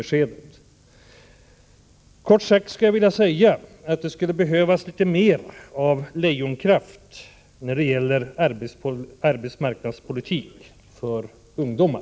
Jag skulle kort sagt vilja säga att det skulle behövas litet mer av lejonkraft när det gäller arbetsmarknadspolitik för ungdomar.